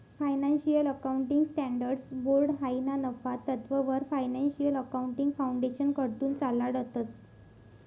financial accounting standards board हायी ना नफा तत्ववर फायनान्शियल अकाउंटिंग फाउंडेशनकडथून चालाडतंस